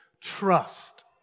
trust